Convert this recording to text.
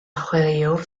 chwaraewr